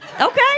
Okay